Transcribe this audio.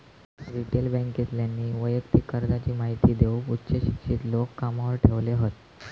retail बॅन्केतल्यानी वैयक्तिक कर्जाची महिती देऊक उच्च शिक्षित लोक कामावर ठेवले हत